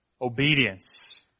obedience